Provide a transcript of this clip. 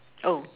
oh